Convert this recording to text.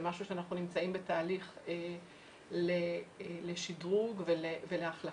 זה משהו שאנחנו נמצאים בתהליך לשדרוג ולהחלפה,